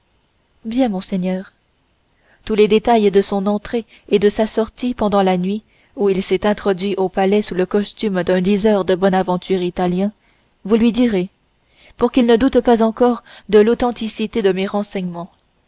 bien monseigneur tous les détails de son entrée au louvre et de sa sortie pendant la nuit où il s'est introduit au palais sous le costume d'un diseur de bonne aventure italien me sont connus vous lui direz pour qu'il ne doute pas encore de l'authenticité de mes renseignements